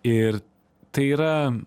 ir tai yra